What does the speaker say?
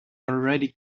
already